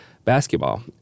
basketball